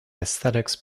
aesthetics